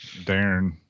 Darren